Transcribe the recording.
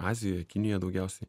azijoj kinijoj daugiausiai